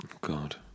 God